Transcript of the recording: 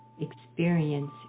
experience